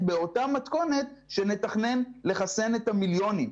באותה מתכונת שנתכנן לחסן את המיליונים,